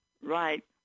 Right